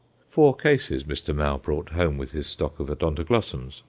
four cases mr. mau brought home with his stock of odontoglossums,